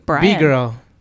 B-Girl